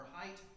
height